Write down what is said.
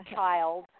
child